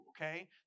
okay